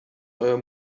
euer